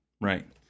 Right